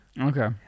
Okay